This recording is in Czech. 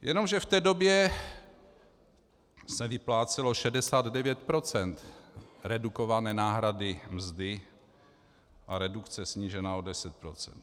Jenomže v té době se vyplácelo 69 % redukované náhrady mzdy a redukce snížená o 10 %.